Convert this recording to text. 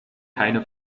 keine